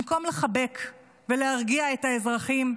במקום לחבק ולהרגיע את האזרחים,